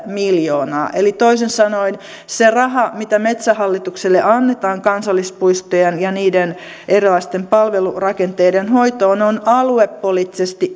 miljoonaa eli toisin sanoen se raha mitä metsähallitukselle annetaan kansallispuistojen ja niiden erilaisten palvelurakenteiden hoitoon on aluepoliittisesti